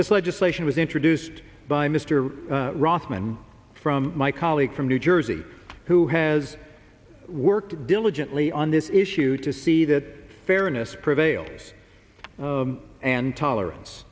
this legislation was introduced by mr rothman from my colleague from new jersey who has worked diligently on this issue to see that fairness prevails and tolerance